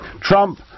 Trump